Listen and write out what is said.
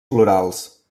florals